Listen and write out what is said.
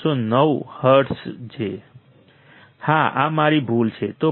309 hertz છે હા આ મારી ભૂલ છે